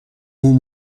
اون